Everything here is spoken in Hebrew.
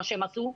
מה שהם עשו,